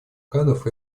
кадров